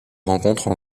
rencontrent